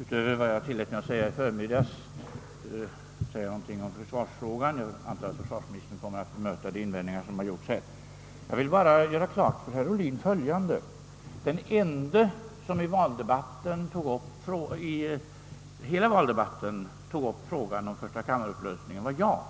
Utöver vad jag tillät mig anföra i förmiddags skall jag inte yttra någonting om försvarsfrågan; jag antar att försvarsministern kommer att bemöta de invändningar som gjorts. Jag vill bara säga följande till herr Ohlin. Den ende som i hela valdebatten tog upp frågan om första kammarens upplösning var jag.